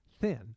thin